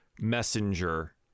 messenger